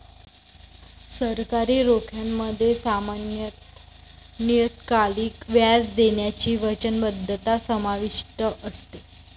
सरकारी रोख्यांमध्ये सामान्यत नियतकालिक व्याज देण्याची वचनबद्धता समाविष्ट असते